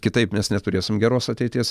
kitaip nes neturėsim geros ateities